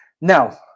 Now